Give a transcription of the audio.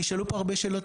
נשאלו פה הרבה שאלות.